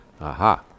aha